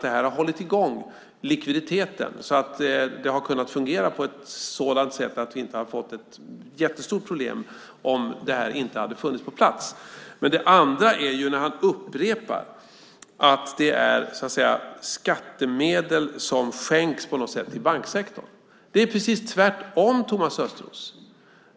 Det här har hållit i gång likviditeten så att det har kunnat fungera på ett sådant sätt att vi inte har fått ett jättestort problem om det här inte hade funnits på plats. En annan sak är att Thomas Östros upprepar att det är så att säga skattemedel som på något sätt skänks till banksektorn. Det är precis tvärtom, Thomas Östros!